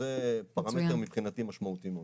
שזה פרמטר מבחינתי משמעותי מאוד.